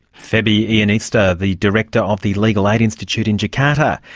febiionesta, the director of the legal aid institute in jakarta,